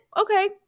Okay